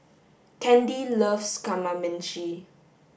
Candi loves kamameshi